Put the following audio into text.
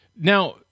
Now